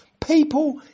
people